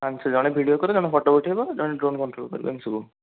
ପାଞ୍ଚ ଜଣେ ଭିଡ଼ିଓ କରିବ ଜଣେ ଫଟୋ ଉଠାଇବ ଜଣେ ଡ୍ରୋନ୍ କଣ୍ଟ୍ରୋଲ୍ କରିବ ଏମିତି ସବୁ